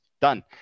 done